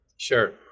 Sure